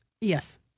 Yes